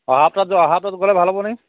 অহা সপ্তাহত যোৱা অহা সপ্তাহত গলে ভাল হ'ব নি